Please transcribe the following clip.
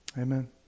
Amen